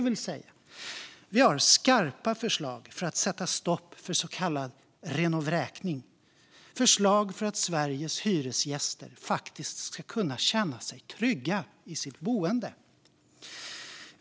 Vi har alltså skarpa förslag för att sätta stopp för så kallad renovräkning. Det är förslag för att Sveriges hyresgäster faktiskt ska kunna känna sig trygga i sitt boende.